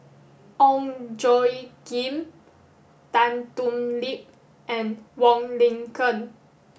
Ong Tjoe Kim Tan Thoon Lip and Wong Lin Ken